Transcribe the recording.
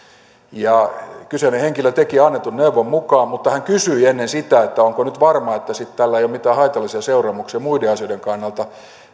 kyseinen henkilö teki annetun neuvon mukaan mutta hän kysyi ennen sitä että onko nyt varmaa että tällä ei sitten ole mitään haitallisia seuraamuksia muiden asioiden kannalta